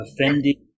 offending